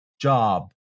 job